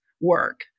work